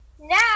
Now